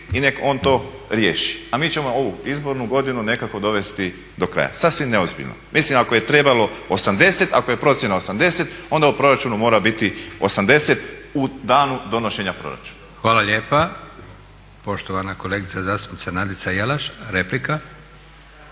i nek on to riješi, a mi ćemo ovu izbornu godinu nekako dovesti do kraja. Sasvim neozbiljno. Mislim ako je trebalo 80, ako je procjena 80, onda u proračunu mora biti 80 u danu donošenja proračuna. **Leko, Josip (SDP)** Hvala lijepa. Poštovana kolegica zastupnica Nadica Jelaš, replika.